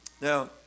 Now